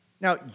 now